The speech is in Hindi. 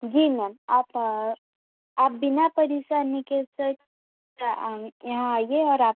जी मैम आप आप बिना परेशानी के साथ यहाँ आइए और आ कर